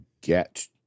get